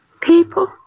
People